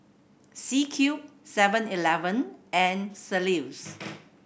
C Cube Seven Eleven and St Ives